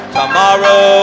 tomorrow